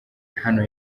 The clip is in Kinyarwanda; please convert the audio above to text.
hano